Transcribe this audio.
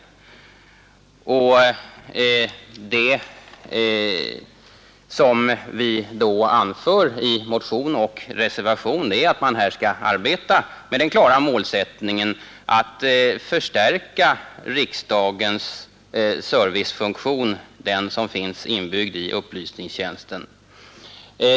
Vad vi då anför i motionen och reservationen är att man här skall arbeta med den klara målsättningen att förstärka den servicefunktion som finns inbyggd i riksdagens upplysningstjänst.